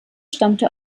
stammte